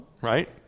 right